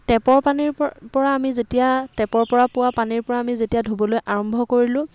টেপৰ পানীৰ পৰ পৰা আমি যেতিয়া টেপৰ পৰা পোৱা পানীৰ পৰা আমি যেতিয়া ধোবলৈ আৰম্ভ কৰিলোঁ